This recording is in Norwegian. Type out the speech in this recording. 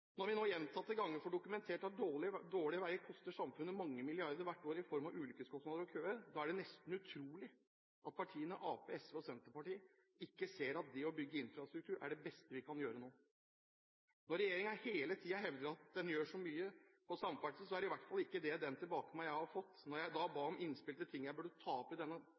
Når vi nå gjentatte ganger får dokumentert at dårlige veier koster samfunnet mange milliarder hvert år i form av ulykkeskostnader og køer, er det nesten utrolig at partiene Arbeiderpartiet, SV og Senterpartiet ikke ser at det å bygge infrastruktur er det beste vi kan gjøre nå. Når regjeringen hele tiden hevder at den gjør så mye på samferdsel, er i hvert fall ikke det den tilbakemeldingen jeg fikk da jeg ba om innspill til ting jeg burde ta opp i denne